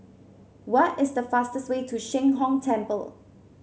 what is the fastest way to Sheng Hong Temple